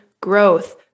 growth